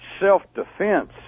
self-defense